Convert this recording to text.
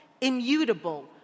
immutable